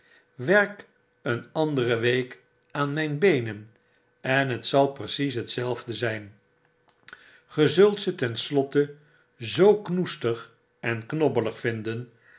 werk een andere week aan mijne beenen en het zai precies hetzelfde zijn ge zult'ze ten slotte zoo knoesterig en knobbelig vinden